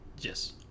Yes